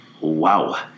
Wow